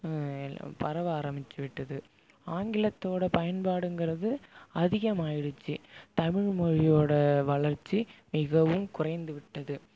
பரவ ஆரம்பிச்சுவிட்டது ஆங்கிலத்தோட பயன்பாடுங்கிறது அதிகமாயிடுச்சு தமிழ்மொழியோட வளர்ச்சி மிகவும் குறைந்துவிட்டது